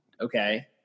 okay